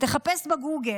חפש בגוגל.